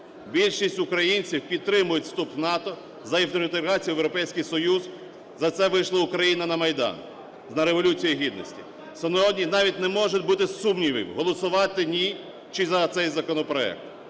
Більшість українців підтримують вступ в НАТО, за інтеграцію в Європейський Союз, за це вийшла Україна на Майдан на Революцію Гідності. Сьогодні навіть не може бути сумнівів: голосувати, ні чи за цей законопроект.